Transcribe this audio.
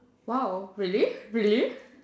!wow! really really